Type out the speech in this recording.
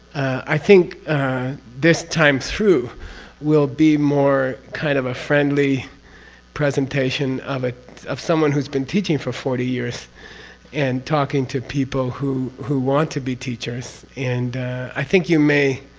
i think this time through will be more. kind of a friendly presentation of ah of someone who's been teaching for forty years and talking to people who who want to be teachers, and i think you may.